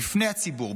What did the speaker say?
בפני הציבור,